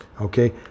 Okay